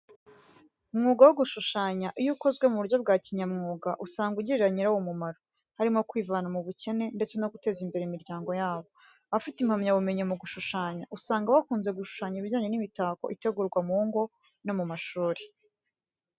Umwuga wo gushushanya iyo ukozwe mu buryo bwa kinyamwuga, usanga ugirira ba nyirawo umumaro, harimo kwivana mu bukene ndetse no guteza imbere imiryango yabo. Abafite impamyabumenyi mu gushushanya, usanga bakunze gushushanya ibijyanye n'imitako itegurwa mu ngo no mu mashuri.